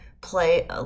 play